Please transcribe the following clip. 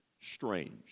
strange